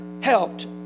helped